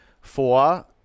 four